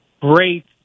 great